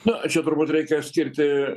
na čia turbūt reikia skirti